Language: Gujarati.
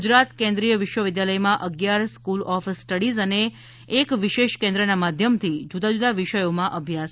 ગુજરાત કેન્દ્રીય વિશ્વવિદ્યાલયમાં અગિયાર સ્કૂલ ઓફ સ્ટડીઝ અને એક વિશેષ કેન્દ્રનાં માધ્યમથી જુદા જુદા વિષયોમાં અભ્યાસ થાય છે